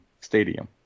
stadium